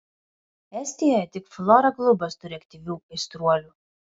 estijoje tik flora klubas turi aktyvių aistruolių